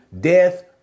death